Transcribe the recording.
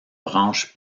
branches